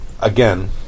Again